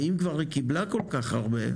ואם כבר היא קבלה כל כך הרבה,